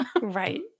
Right